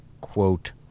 quote